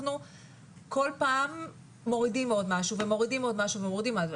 אנחנו כל פעם מורידים עוד משהו ומורידים עוד משהו ומורידים עוד משהו.